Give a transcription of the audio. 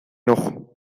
enojo